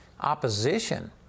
opposition